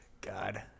God